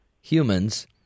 humans